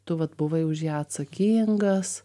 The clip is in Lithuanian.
tu vat buvai už ją atsakingas